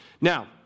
Now